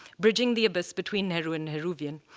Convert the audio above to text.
bridging the abyss between nehru and nehruvian.